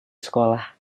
sekolah